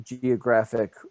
geographic